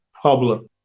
problem